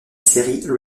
série